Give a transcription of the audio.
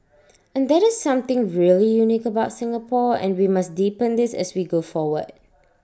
and that is something really unique about Singapore and we must deepen this as we go forward